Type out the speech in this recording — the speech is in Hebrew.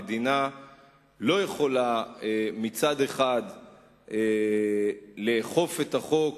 המדינה לא יכולה, מצד אחד לאכוף את החוק